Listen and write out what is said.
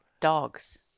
dogs